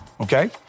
Okay